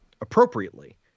appropriately